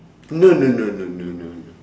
no no no no no no no